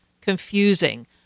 confusing